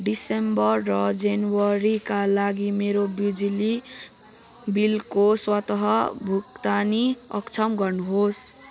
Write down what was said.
दिसम्बर र जनवरीका लागि मेरो बिजुली बिलको स्वत भुक्तानी अक्षम गर्नुहोस्